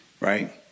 right